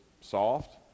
soft